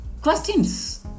Questions